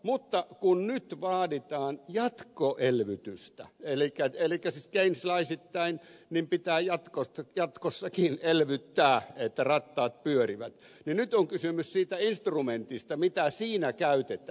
mutta kun nyt vaaditaan jatkoelvytystä elikkä siis keynesläisittäin pitää jatkossakin elvyttää että rattaat pyörivät nyt on kysymys siitä instrumentista mitä siinä käytetään